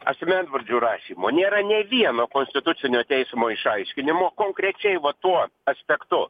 asmenvardžių rašymo nėra nė vieno konstitucinio teismo išaiškinimo konkrečiai va tuo aspektu